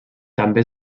també